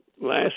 last